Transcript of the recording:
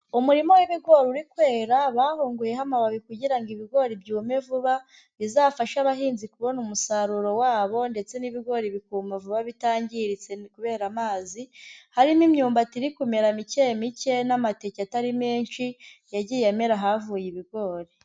Umurima w'ibigori uri kwera, bahunguyeho amababi kugira ngo ibigori byume vuba, bizafashe abahinzi kubona umusaruro wabo, ndetse n'ibigori bikuma vuba bitangiritse kubera amazi, hari n'imyumbati iri kumera mike mike n'amateke atari menshi, yagiye amera ahavuye ibigori.